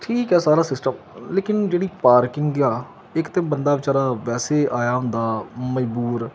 ਠੀਕ ਆ ਸਾਰਾ ਸਿਸਟਮ ਲੇਕਿਨ ਜਿਹੜੀ ਪਾਰਕਿੰਗ ਦੀ ਆ ਇੱਕ ਤਾਂ ਬੰਦਾ ਵਿਚਾਰਾ ਵੈਸੇ ਆਇਆ ਹੁੰਦਾ ਮਜ਼ਬੂਰ